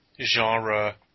genre